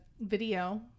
video